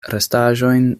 restaĵojn